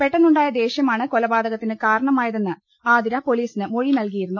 പെട്ടെ ന്നുണ്ടായ ദേഷ്യമാണ് കൊലപാതകത്തിന് കാരണമായതെന്ന് ആതിര പൊലീസിന് മൊഴി നൽകിയിരുന്നു